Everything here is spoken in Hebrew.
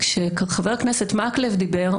כשחבר הכנסת מקלב דיבר,